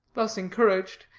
thus encouraged,